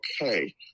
okay